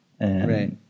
Right